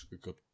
good